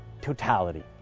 totality